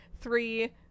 Three